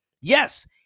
Yes